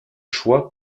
choix